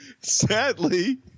Sadly